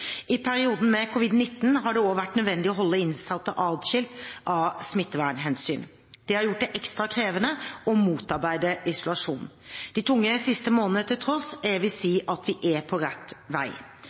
I perioden med covid-19 har det også være nødvendig å holde innsatte adskilt av smittevernhensyn. Det har gjort det ekstra krevende å motarbeide isolasjon. De tunge siste månedene til tross: Jeg vil si